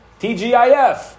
TGIF